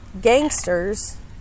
gangsters